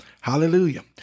Hallelujah